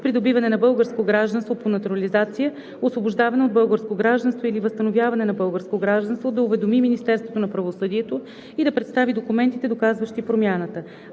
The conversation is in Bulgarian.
придобиване на българско гражданство по натурализация, освобождаване от българско гражданство или възстановяване на българско гражданство, да уведоми Министерството на правосъдието и да представи документите, доказващи промяната.